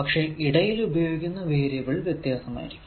പക്ഷെ ഇടയിൽ ഉപയോഗിക്കുന്ന വേരിയബിൾ വ്യത്യസ്തമായിരിക്കും